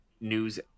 news